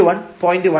1 0